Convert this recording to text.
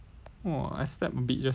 !wah! I slept a bit just now though